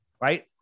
right